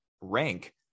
rank